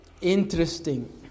Interesting